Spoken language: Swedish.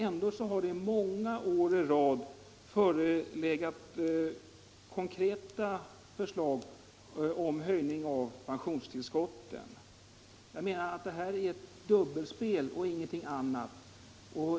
Ändå har det många år å rad förelegat konkreta förslag om höjning av pensionstillskotten. Det här är ett dubbelspel och ingenting annat.